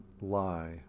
lie